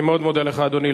אני מאוד מודה לך, אדוני.